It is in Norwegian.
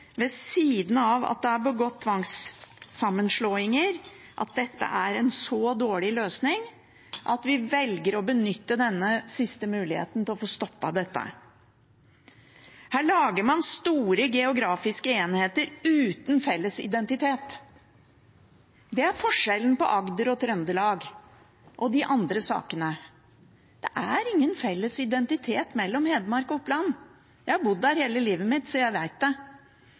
ved siden av at det er begått tvangssammenslåinger, at dette er en så dårlig løsning at vi velger å benytte denne siste muligheten til å få stoppet det. Her lager man store geografiske enheter uten felles identitet – det er forskjellen på Agder og Trøndelag og de andre sakene. Det er ingen felles identitet mellom Hedmark og Oppland. Jeg har bodd der hele livet mitt, så jeg vet det